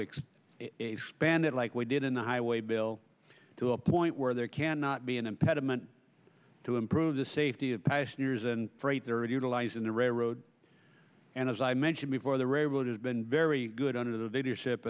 bandit like we did in the highway bill to a point where there cannot be an impediment to improve the safety of passengers and freight there utilizing the railroad and as i mentioned before the railroad has been very good under the video ship